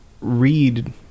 read